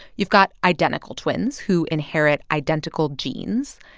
you've got identical twins, who inherit identical genes,